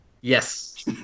Yes